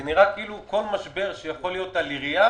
זה נראה כאילו כל משבר שיכול להיות לעירייה,